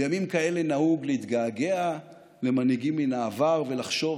בימים כאלה נהוג להתגעגע למנהיגים מן העבר ולחשוב